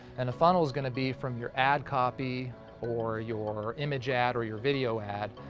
and a funnel's going to be from your ad copy or your image ad or your video ad,